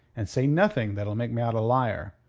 and say nothing that'll make me out a liar.